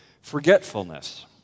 forgetfulness